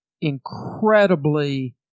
incredibly